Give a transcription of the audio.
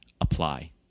apply